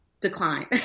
decline